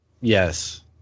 Yes